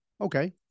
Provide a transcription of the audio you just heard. okay